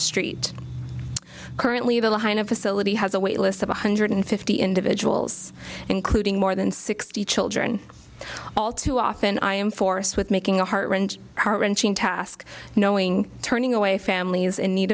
street currently the line of facility has a wait list of one hundred fifty individuals including more than sixty children all too often i am forced with making a heart wrenching heart wrenching task knowing turning away families in need